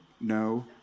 no